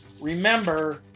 Remember